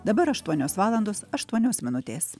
dabar aštuonios valandos aštuonios minutės